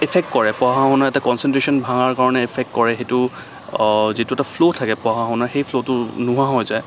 effect কৰে পঢ়া শুনা এটা কনচেন্ট্ৰেচন ভঙাৰ কাৰণে এফেক্ট কৰে সেইটো যিটো এটা ফ্ল' থাকে পঢ়া শুনাৰ সেই ফ্ল'টো নোহোৱা হৈ যায়